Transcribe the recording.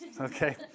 Okay